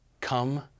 come